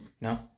no